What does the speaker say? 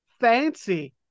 fancy